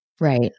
Right